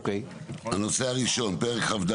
לאה קריכלי אפרת שלמה חבר תרגומים רשימת הנוכחים על